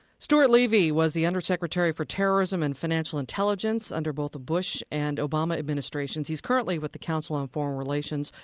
stuart levey was the undersecretary for terrorism and financial intelligence under both the bush and obama administrations. he's currently with the council on foreign relations.